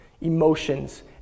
emotions